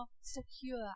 secure